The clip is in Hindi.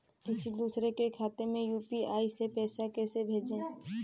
किसी दूसरे के खाते में यू.पी.आई से पैसा कैसे भेजें?